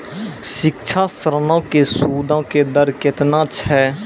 शिक्षा ऋणो के सूदो के दर केतना छै?